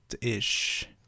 ish